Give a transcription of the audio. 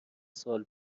سال